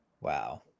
Wow